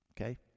Okay